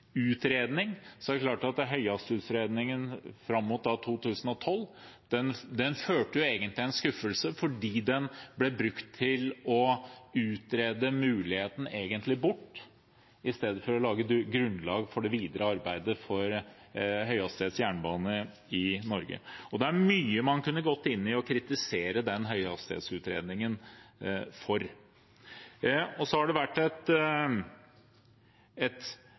klart at høyhastighetsutredningen, da fram mot 2012, førte til en skuffelse fordi den egentlig ble brukt til å utrede bort muligheten i stedet for å legge et grunnlag for det videre arbeidet for høyhastighetsjernbane i Norge. Det er mye man kunne gått inn i og kritisert den høyhastighetsutredningen for. Det har vært en kamp i tiden etterpå for å løfte opp igjen høyhastighetsjernbane og utviklingen av det